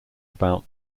about